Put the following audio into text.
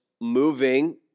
moving